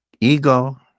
ego